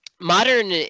modern